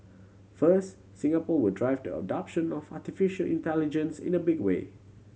first Singapore will drive the adoption of artificial intelligence in a big way